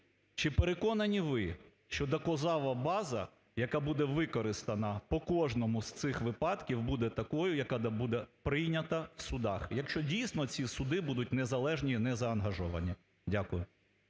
Чи переконані ви, що доказова база, яка буде використана по кожному з цих випадків буде такою, яка буде прийнята в судах, якщо, дійсно, ці суди будуть незалежні і незаангажовані. Дякую.